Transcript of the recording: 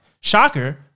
Shocker